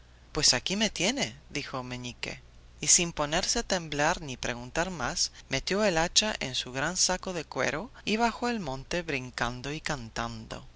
pues aquí me tiene dijo meñique y sin ponerse a temblar ni preguntar más metió el hacha en su gran saco de cuero y bajó el monte brincando y cantando